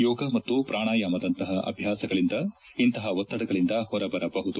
ಯೋಗ ಮತ್ತು ಪ್ರಾಣಿಯಾಮದಂತಹ ಅಭ್ಲಾಸಗಳಿಂದ ಇಂತಹ ಒತ್ತಡಗಳಿಂದ ಹೊರಬರಬಹುದು